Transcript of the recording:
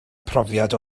profiad